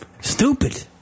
Stupid